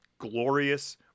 glorious